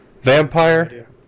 Vampire